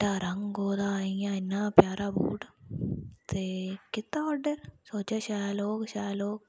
चिट्टा रंग ओह्दा इन्ना प्यारा बूट ते कीता आर्डर सोचेआ शैल होग